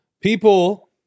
People